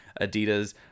Adidas